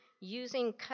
using